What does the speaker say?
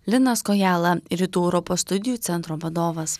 linas kojala rytų europos studijų centro vadovas